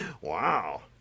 Wow